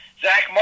Zach